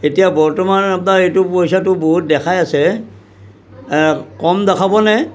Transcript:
এতিয়া বৰ্তমান আপোনাৰ এইটো পইচাটো বহুত দেখাই আছে কম দেখাব নে